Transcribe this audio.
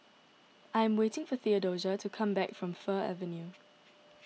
I am waiting for theodosia to come back from Fir Avenue